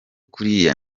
kuriya